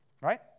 Right